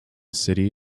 city